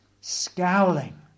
scowling